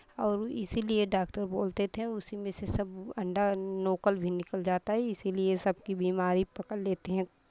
और वो इसीलिए डाक्टर बोलते थे उसी में से सब अंडा नकल भी निकल जाता है इसीलिए सबकी बीमारी पकड़ लेते हैं